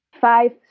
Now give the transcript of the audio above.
five